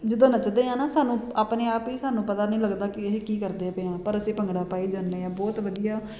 ਜਦੋਂ ਨੱਚਦੇ ਹਾਂ ਨਾ ਸਾਨੂੰ ਆਪਣੇ ਆਪ ਹੀ ਸਾਨੂੰ ਪਤਾ ਨਹੀਂ ਲੱਗਦਾ ਕਿ ਇਹ ਕੀ ਕਰਦੇ ਪਏ ਹਾਂ ਪਰ ਅਸੀਂ ਭੰਗੜਾ ਪਾਈ ਜਾਂਦੇ ਹਾਂ ਬਹੁਤ ਵਧੀਆ